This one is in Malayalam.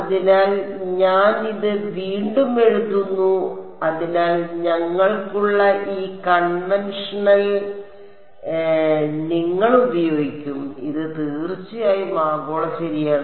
അതിനാൽ ഞാൻ ഇത് വീണ്ടും എഴുതുന്നു അതിനാൽ ഞങ്ങൾക്കുള്ള ഈ കൺവെൻഷൻ നിങ്ങൾ ഉപയോഗിക്കും ഇത് തീർച്ചയായും ആഗോള ശരിയാണ്